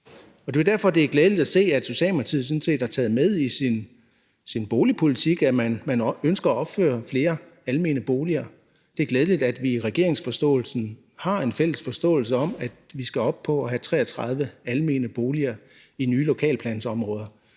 Det er jo derfor, det er glædeligt at se, at Socialdemokratiet sådan set har taget med i sin boligpolitik, at man ønsker at opføre flere almene boliger. Det er glædeligt, at vi i regeringens forståelsespapir har en fælles forståelse om, at vi skal op på at have 33 pct. almene boliger i nye lokalplansområder.